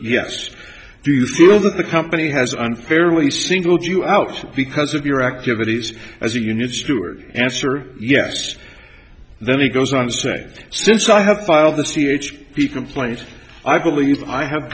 yes do you feel that the company has unfairly singled you out because of your activities as a union steward answer yes then he goes on to say since i have filed the c h p complaint i believe i have